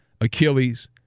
Achilles